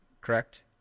correct